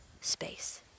space